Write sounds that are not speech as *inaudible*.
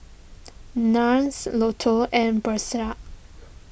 Nars Lotto and *unintelligible*